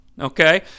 okay